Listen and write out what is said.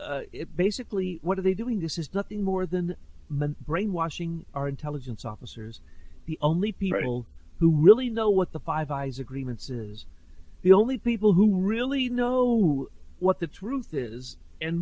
and basically what are they doing this is nothing more than men brainwashing our intelligence officers the only people who really know what the five eyes agreement says the only people who really know who what the truth is